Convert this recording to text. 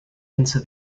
into